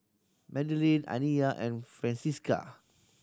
Madelene Aniyah and Francisca